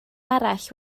arall